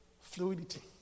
fluidity